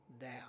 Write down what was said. down